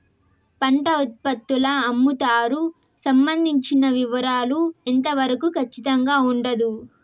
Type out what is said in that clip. పంట ఉత్పత్తుల అమ్ముతారు సంబంధించిన వివరాలు ఎంత వరకు ఖచ్చితంగా ఉండదు?